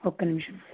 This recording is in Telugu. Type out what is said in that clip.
ఒక్క నిమిషం